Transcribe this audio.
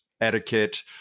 etiquette